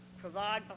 provide